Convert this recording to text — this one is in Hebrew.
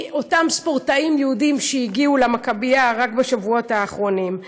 אותם ספורטאים יהודים שהגיעו למכבייה רק בשבועות האחרונים.